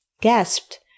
gasped